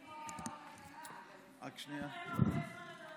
יש מלא נושאים.